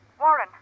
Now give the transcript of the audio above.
Warren